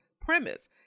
premise